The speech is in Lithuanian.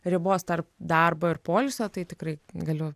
ribos tarp darbo ir poilsio tai tikrai galiu